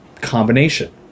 combination